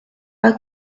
pas